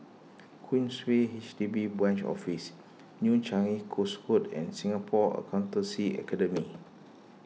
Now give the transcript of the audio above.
Queensway H D B Branch Office New Changi Coast Road and Singapore Accountancy Academy